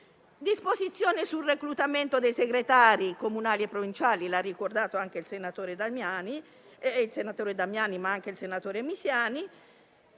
disposizioni sul reclutamento dei segretari comunali e provinciali, ricordate dal senatore Damiani, ma anche dal senatore Misiani.